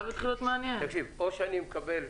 או שאני מקבל,